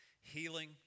healing